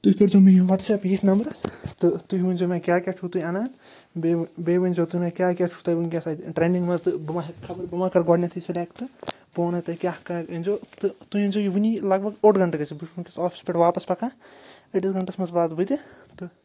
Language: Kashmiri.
تُہۍ کٔرزیو مےٚ یہِ وَٹٕسایپ یِتھ نمبرَس تہٕ تُہۍ ؤنزیو مےٚ کیٛاہ کیٛاہ چھُو تُہۍ اَنان بیٚیہِ بیٚیہِ ؤنزیو تُہۍ مےٚ کیٛاہ کیٛاہ چھُو تۄہہِ وٕنکٮ۪س اَتہِ ٹرٛٮ۪نٛڈِنٛگ منٛز تہٕ بہٕ ما ہٮ۪کہٕ خبر بہٕ ما کَرٕ گۄڈنٮ۪تھٕے سِلٮ۪کٹہٕ بہٕ وَنہو تۄہہِ کیٛاہ کَر أنزیو تہٕ تُہۍ أنزیو یہِ وٕنی لگ بگ اوٚڑ گَنٛٹہٕ گٔژھِو بہٕ چھُس وٕنکٮ۪س آفسہٕ پٮ۪ٹھ واپَس پَکان أڑِس گَنٛٹَس منٛز واتہٕ بہٕ تہِ تہٕ